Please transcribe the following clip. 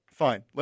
Fine